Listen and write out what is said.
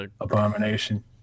abomination